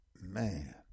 man